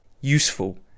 useful